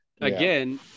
again